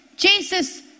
Jesus